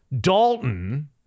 Dalton